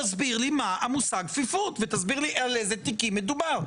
תסביר לי מה המושג כפיפות ותסביר לי על איזה תיקים מדובר?